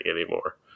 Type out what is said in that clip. anymore